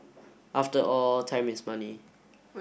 after all time is money